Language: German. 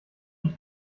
ich